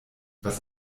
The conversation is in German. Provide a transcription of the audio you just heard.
was